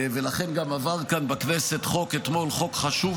ולכן גם עבר כאן בכנסת אתמול חוק חשוב